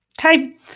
okay